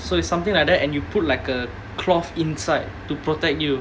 so it's something like that and you put like a cloth inside to protect you